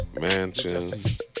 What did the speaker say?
Mansions